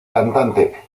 cantante